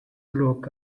look